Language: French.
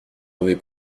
mauvais